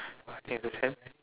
okay understand